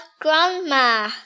grandma